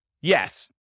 Yes